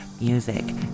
music